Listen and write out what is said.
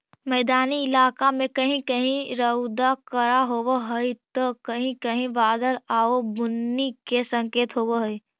मैदानी इलाका में कहीं कहीं रउदा कड़ा होब हई त कहीं कहीं बादल आउ बुन्नी के संकेत होब हई